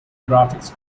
graphics